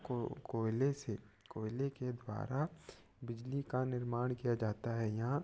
को कोयले से कोयले के द्वारा बिजली का निर्माण किया जाता है यहाँ